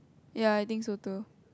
ya I think so too